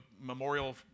memorial